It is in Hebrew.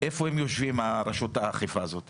איפה רשות האכיפה הזו יושבת?